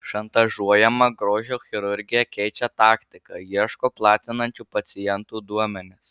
šantažuojama grožio chirurgija keičia taktiką ieško platinančių pacientų duomenis